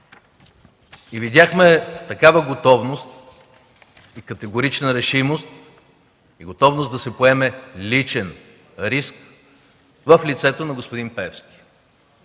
И видяхме такава готовност и категорична решимост, готовност да се поеме личен риск в лицето на господин Пеевски.